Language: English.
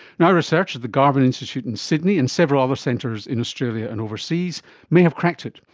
now research at the garvan institute in sydney and several other centres in australia and overseas may have cracked it,